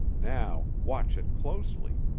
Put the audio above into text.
now, watch it closely.